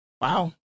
Wow